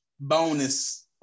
Bonus